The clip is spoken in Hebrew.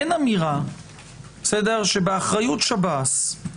אין אמירה שבאחריות שב"ס,